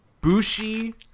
Bushi